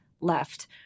left